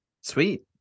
Sweet